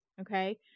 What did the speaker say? okay